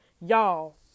y'all